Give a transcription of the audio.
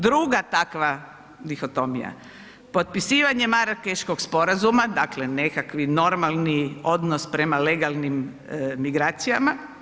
Druga takva dihotomija, potpisivanje Marakeškog sporazuma, dakle nekakvi normalni odnos prema legalnim migracijama.